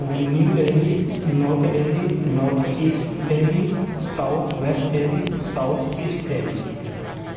new Delhi north Delhi north east Delhi south west Delhi south east Delhi